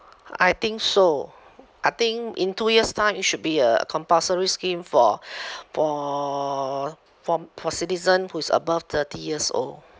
I think so I think in two years' time it should be a compulsory scheme for for form for citizen who is above thirty years old